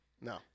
No